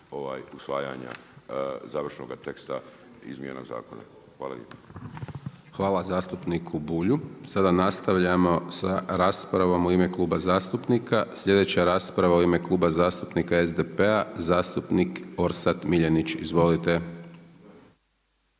usvajanja završnoga teksta izmjena zakona. Hvala lijepa. **Hajdaš Dončić, Siniša (SDP)** Hvala zastupniku Bulju. Sada nastavljamo sa raspravom u ime kluba zastupnika, slijedeća rasprava u ime Kluba zastupnika SDP-a, zastupnik Orsat Miljenić. Izvolite.